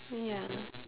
ya